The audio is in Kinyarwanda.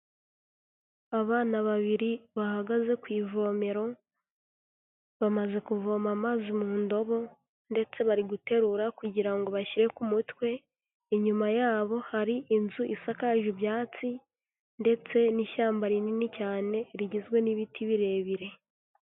Abana babiri bahagaze ku ivomero, bamaze kuvoma amazi mu ndobo ndetse bari guterura kugira ngo bashyire ku mutwe, inyuma yabo hari inzu isakaje ibyatsi ndetse n'ishyamba rinini cyane rigizwe n'ibiti birebire.